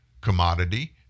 commodity